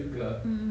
mm